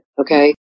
okay